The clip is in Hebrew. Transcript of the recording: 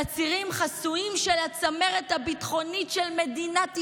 תצהירים חסויים של הצמרת הביטחונית של מדינת ישראל,